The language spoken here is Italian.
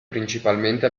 principalmente